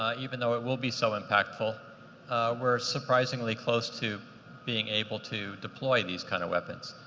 ah even though it will be so impactful we're surprisingly close to being able to deploy these kind of weapons,